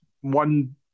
one